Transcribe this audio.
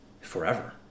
forever